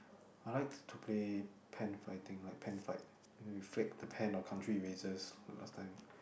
I like to play pen fighting like pen fight you you flip the pen or country erasers like last time